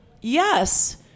Yes